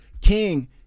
King